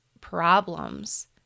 problems